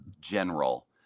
general